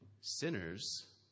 Sinners